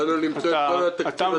בכל התקציב,